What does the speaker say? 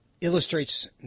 illustrates